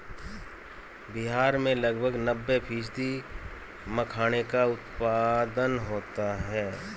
बिहार में लगभग नब्बे फ़ीसदी मखाने का उत्पादन होता है